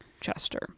Chester